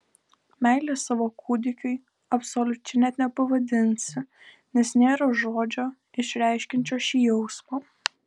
meilės savo kūdikiui absoliučia net nepavadinsi nes nėra žodžio išreiškiančio šį jausmą